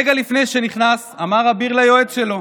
רגע לפני שנכנס אמר אביר ליועץ שלו: